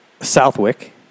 southwick